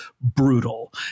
brutal